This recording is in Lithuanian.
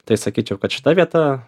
tai sakyčiau kad šita vieta